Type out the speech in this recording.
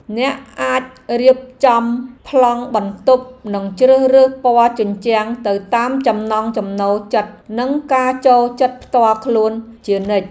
អ្នកអាចរៀបចំប្លង់បន្ទប់និងជ្រើសរើសពណ៌ជញ្ជាំងទៅតាមចំណង់ចំណូលចិត្តនិងការចូលចិត្តផ្ទាល់ខ្លួនជានិច្ច។